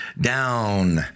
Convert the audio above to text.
down